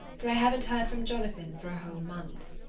for i haven't heard from jonathan for a whole month.